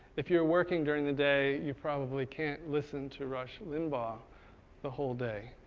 if you're working during the day, you probably can't listen to rush limbaugh the whole day.